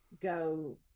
go